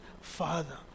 Father